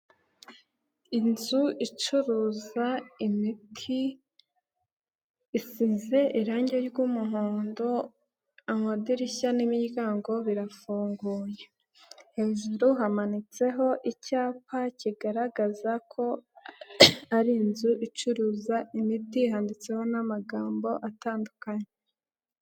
Inzu icuruza imiti isize irangi ry'umuhondo, amadirishya n'imiryango birafunguye, hejuru hamanitseho icyapa kigaragaza ko ari inzu icuruza imiti handitseho n'amagambo atandukanye.